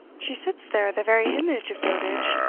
she sits there the very image of dotage.